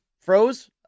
froze